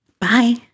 Bye